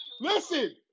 listen